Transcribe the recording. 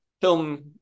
film